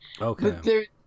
Okay